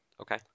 Okay